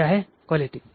ती आहे क्वालिटी